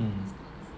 mm mm